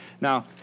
Now